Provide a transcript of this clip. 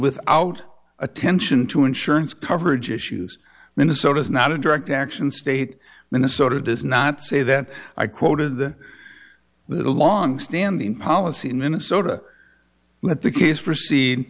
without attention to insurance coverage issues minnesota's not a direct action state minnesota does not say that i quoted the the longstanding policy in minnesota let the case